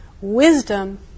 Wisdom